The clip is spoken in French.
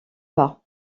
pas